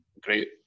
great